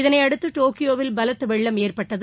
இதனை அடுத்து டோக்கியோவில் பலத்த வெள்ளம் ஏற்பட்டது